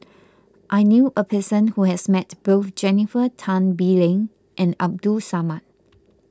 I knew a person who has met both Jennifer Tan Bee Leng and Abdul Samad